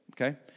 okay